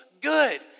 good